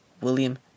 william